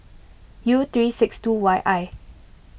U three six two Y I